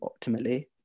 optimally